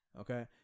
Okay